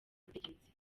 ubutegetsi